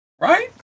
right